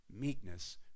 meekness